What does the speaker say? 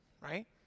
right